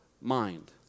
mind